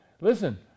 Listen